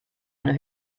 eine